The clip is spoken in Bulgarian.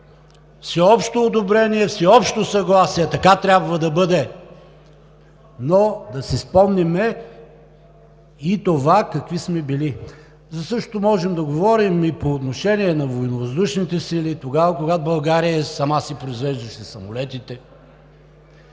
всеобщо одобрение, всеобщо съгласие – така трябва да бъде, но да си спомним и това какви сме били. За същото можем да говорим и по отношение на Военновъздушните сили, когато България сама си произвеждаше самолетите,